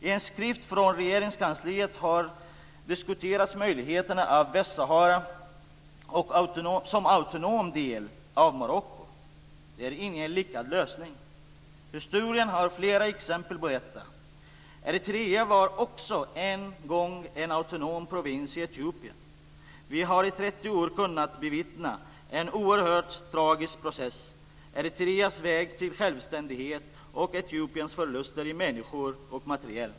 I en skrift från Regeringskansliet har man diskuterat möjligheten av Västsahara som autonom del av Marocko. Det är ingen lyckad lösning. Historien har flera exempel på detta. Eritrea var också en gång en autonom provins i Etiopien. Vi har i 30 år kunnat bevittna en oerhört tragisk process - Eritreas väg till självständighet och Etiopiens förluster i människor och materiel.